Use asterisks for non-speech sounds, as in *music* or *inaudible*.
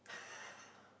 *laughs*